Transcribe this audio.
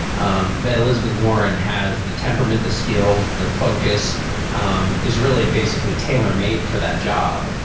um that elizabeth warren has the temperament, the skills, the focus um is really basically tailor made for that job.